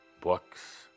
books